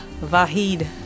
Vahid